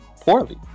poorly